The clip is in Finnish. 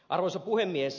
arvoisa puhemies